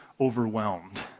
overwhelmed